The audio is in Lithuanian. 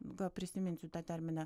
gal prisiminsiu tą terminą